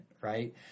right